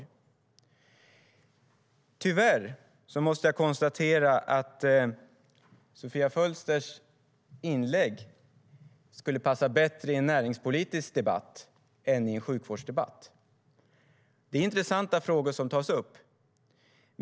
Tyvärr måste jag konstatera att Sofia Fölsters inlägg skulle passa bättre i en näringspolitisk debatt än i en sjukvårdsdebatt. Det är intressanta frågor som tas upp.